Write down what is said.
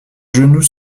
genoux